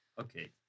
Okay